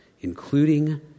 including